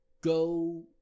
go